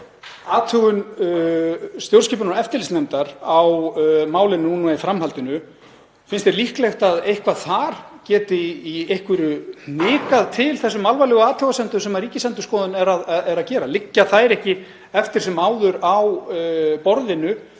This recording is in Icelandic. athugun stjórnskipunar- og eftirlitsnefndar á málinu í framhaldinu: Finnst hv. þingmanni líklegt að eitthvað þar geti í einhverju hnikað til þessum alvarlegu athugasemdum sem Ríkisendurskoðun er að gera? Liggja þær ekki eftir sem áður á borðinu